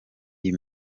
iyi